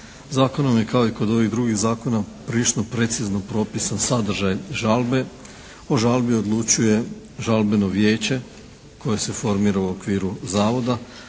Zakonom je kao i kod ovih drugih zakona prilično precizno propisan sadržaj žalbe. O žalbi odlučuje Žalbeno vijeće koje se formira u okviru zavoda